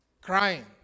crying